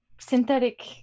synthetic